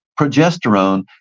progesterone